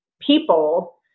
people